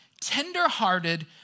tenderhearted